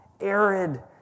arid